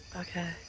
Okay